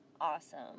awesome